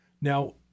Now